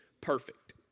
perfect